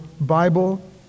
Bible